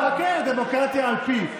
כן, דמוקרטיה על פיו.